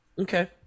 Okay